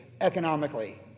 economically